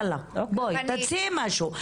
תציעי משהו.